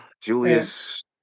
julius